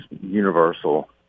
universal